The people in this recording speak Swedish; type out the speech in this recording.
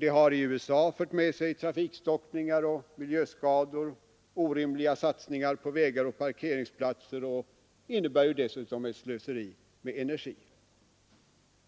Det har i USA fört med sig trafikstockningar och miljöskador, orimliga satsningar på vägar och parkeringsplatser, och det innebär dessutom slöseri med energi.